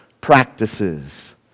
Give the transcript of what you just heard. practices